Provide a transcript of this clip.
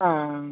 ആ